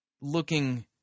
looking